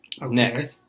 Next